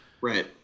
Right